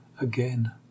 again